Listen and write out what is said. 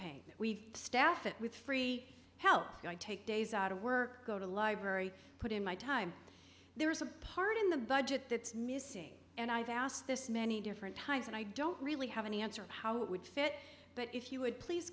pain we staff it with free help take days out of work go to the library put in my time there's a part in the budget that's missing and i've asked this many different times and i don't really have any answer of how it would fit but if you would please